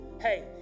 Hey